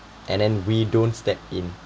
and then we don't step in